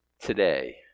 Today